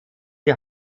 die